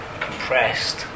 compressed